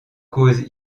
cause